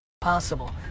possible